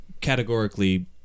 categorically